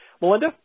Melinda